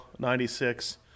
96